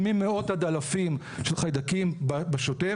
ממאות עד אלפים של חיידקים בשוטף,